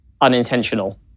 unintentional